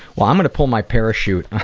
well i'm gonna pull my parachute